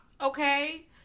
Okay